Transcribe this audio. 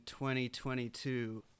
2022